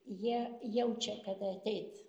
jie jaučia kada ateit